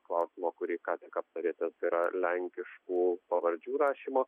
klausimo kurį ką tik aptarėte tai yra lenkiškų pavardžių rašymo